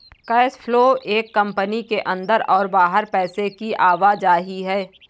cash flow एक company के अंदर और बाहर पैसे की आवाजाही है